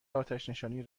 آتشنشانی